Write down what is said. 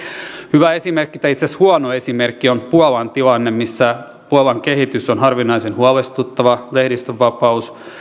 hyvä esimerkki tai itse asiassa huono esimerkki on puolan tilanne missä puolan kehitys on harvinaisen huolestuttava lehdistönvapaus